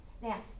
Now